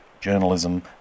journalism